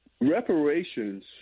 reparations